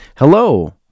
Hello